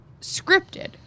scripted